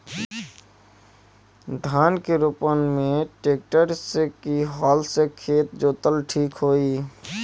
धान के रोपन मे ट्रेक्टर से की हल से खेत जोतल ठीक होई?